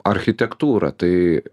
architektūra tai